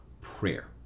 prayer